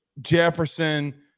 Jefferson